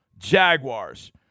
Jaguars